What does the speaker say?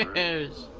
is